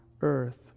earth